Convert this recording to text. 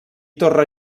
torre